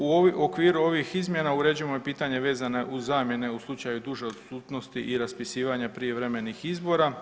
U okviru ovih izmjena uređujemo i pitanje vezane uz zamjene u slučaju duže odsutnosti i raspisivanja prijevremenih izbora.